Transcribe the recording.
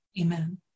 Amen